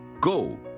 Go